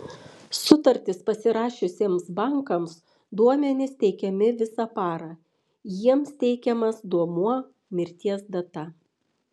sutartis pasirašiusiems bankams duomenys teikiami visą parą jiems teikiamas duomuo mirties data